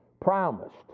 promised